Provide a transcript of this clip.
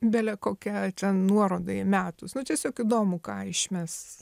bele kokią ten nuorodą įmetus nu tiesiog įdomu ką išmes